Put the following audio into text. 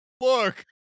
Look